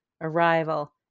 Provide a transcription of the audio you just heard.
Arrival